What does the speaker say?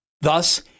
Thus